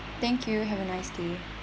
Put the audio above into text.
thank you have a nice day